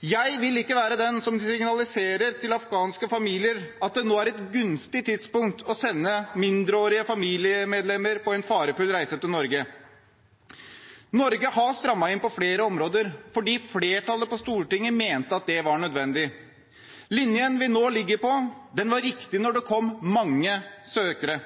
Jeg vil ikke være den som signaliserer til afghanske familier at det nå er et gunstig tidspunkt å sende mindreårige familiemedlemmer på en farefull reise til Norge. Norge har strammet inn på flere områder fordi flertallet på Stortinget mente det var nødvendig. Linjen vi nå ligger på, var riktig da det kom mange asylsøkere,